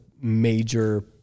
major